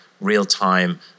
real-time